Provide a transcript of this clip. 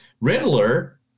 Riddler